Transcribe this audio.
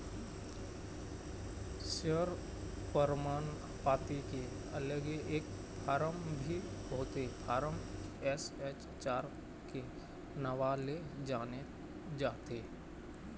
share परमान पाती के अलगे एक फारम भी होथे फारम एस.एच चार के नांव ले जाने जाथे